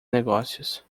negócios